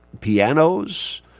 pianos